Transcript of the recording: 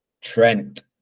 trent